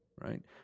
right